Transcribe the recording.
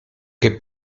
che